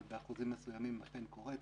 אבל באחוזים מסוימים היא אכן קורית.